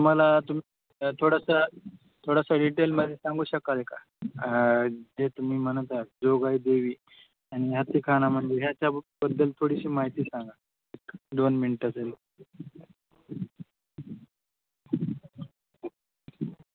तुम्हाला तु थोडासा थोडासा डिटेलमध्ये सांगू शकाल का जे तुम्ही म्हणत आहात जोगाई देवी आणि याची खानामंदिर याच्याबद्दल थोडीशी माहिती सांगा दोन मिनिटाची